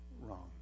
wrong